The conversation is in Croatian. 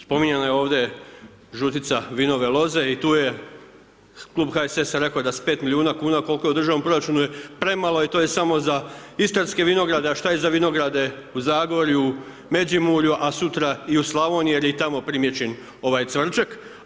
Spominjano je ovdje žutica vinove loze i tu je, klub HSS-a rekao je da s 5 milijuna kuna, koliko je u državnom proračunu je premalo i to je samo za istarske vinograde, a šta je za vinograde u Zagorju, Međimurju, a sutra i u Slavoniji jer je i tamo primijećen ovaj cvrčak.